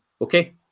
Okay